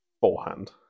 Forehand